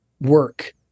work